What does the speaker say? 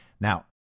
Now